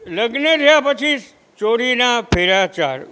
લગ્ન થયા પછી ચોરીના ફેરા ચાર